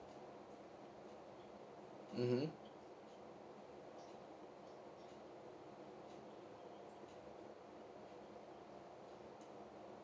mmhmm